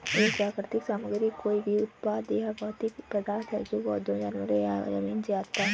एक प्राकृतिक सामग्री कोई भी उत्पाद या भौतिक पदार्थ है जो पौधों, जानवरों या जमीन से आता है